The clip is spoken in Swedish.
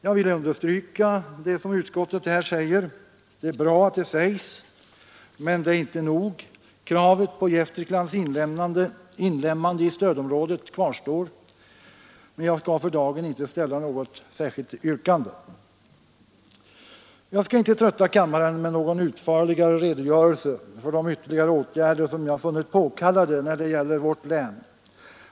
Jag vill understryka det som utskottet här säger — det är bra att det sägs, men det är inte nog. Kravet på Gästriklands inlemmande i stödområdet kvarstår; jag skall dock för dagen inte ställa något särskilt yrkande. Jag skall inte heller trötta kammaren med någon utförligare redogörelse för de ytterligare åtgärder som jag funnit påkallade när det gäller vårt län.